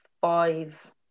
five